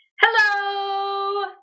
Hello